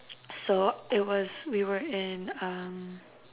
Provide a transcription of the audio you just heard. so it was we were in uh